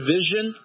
Vision